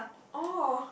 oh